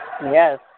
Yes